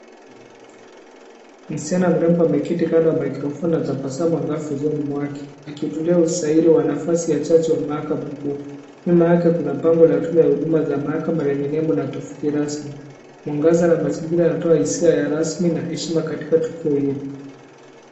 Msichana mrembo ameketi kando ya maikrofoni na tabasamu angavu usoni mwake. Akiutulia usahili wa nafasi ya chachu ya mahakama makuu. Nyuma yake Kuna bango la tume ya huduma za mahakama, yenye nembo na tovuti rasmi. Mwangaza na mazingira yanatoa hisia ya urasmi na heshima katika tukio hilo.